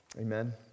Amen